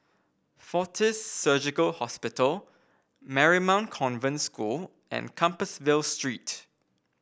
Fortis Surgical Hospital Marymount Convent School and Compassvale Street